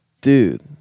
dude